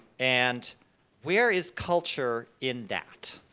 and where is culture in that,